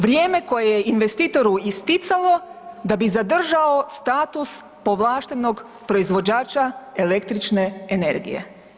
Vrijeme koje je investitoru isticalo da bi zadržao status povlaštenog proizvođača električne energije.